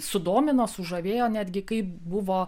sudomino sužavėjo netgi kaip buvo